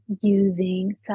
using